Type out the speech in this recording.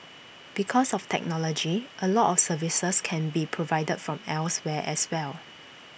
because of technology A lot of services can be provided from elsewhere as well